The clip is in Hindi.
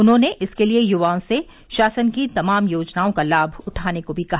उन्होंने इसके लिए युवाओं से शासन की तमाम योजनाओं का लाभ उठाने को भी कहा